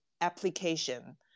application